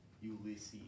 Ulysses